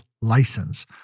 license